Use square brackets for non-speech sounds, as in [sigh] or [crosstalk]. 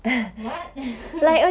what [laughs]